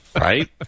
Right